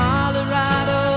Colorado